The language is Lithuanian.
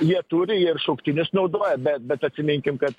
jie turi ir šauktinius naudoja bet bet atsiminkim kad